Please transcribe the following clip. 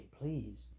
please